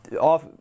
off